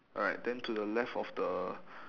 alright then to the left of the